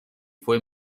fue